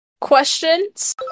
questions